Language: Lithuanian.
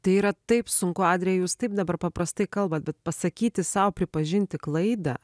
tai yra taip sunku adrija jūs taip dabar paprastai kalbat bet pasakyti sau pripažinti klaidą